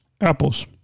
Apples